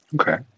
Okay